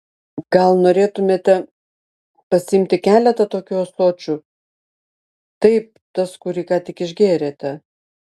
gal norėtumėte pasiimti keletą tokių ąsočių taip tas kurį ką tik išgėrėte